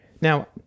now